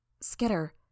Skitter